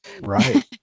Right